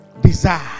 Desire